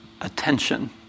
attention